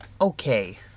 okay